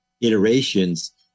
iterations